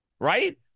right